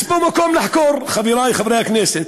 יש פה מקום לחקור, חברי חברי הכנסת,